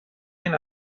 این